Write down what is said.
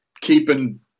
keeping